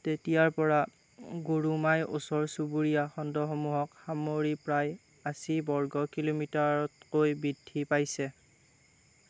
তেতিয়াৰ পৰা গৰুমাই ওচৰ চুবুৰীয়া খণ্ডসমূহক সামৰি প্ৰায় আশী বৰ্গ কিলোমিটাৰতকৈ বৃদ্ধি পাইছে